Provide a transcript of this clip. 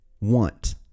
want